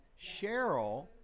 Cheryl